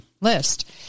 list